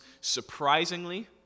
surprisingly